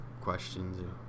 questions